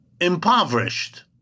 impoverished